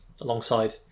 alongside